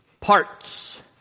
Parts